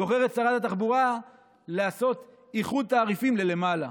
בוחרת שרת התחבורה לעשות איחוד תעריפים למעלה.